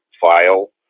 file